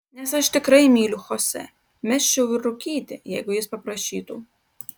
nes aš tikrai myliu chosė mesčiau ir rūkyti jeigu jis paprašytų